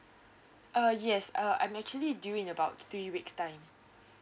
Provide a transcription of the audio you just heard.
uh yes uh I'm actually due in about three weeks time